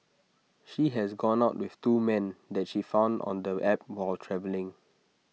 she has gone out with two men that she found on the app while travelling